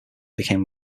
became